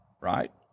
Right